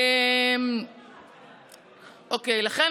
לכן,